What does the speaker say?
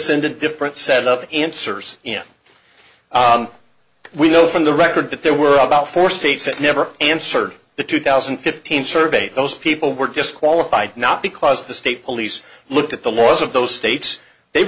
send a different set of answers we know from the record that there were about four states that never answered the two thousand and fifteen survey those people were disqualified not because the state police looked at the laws of those states they